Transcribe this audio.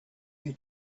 you